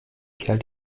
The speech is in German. kerl